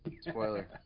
Spoiler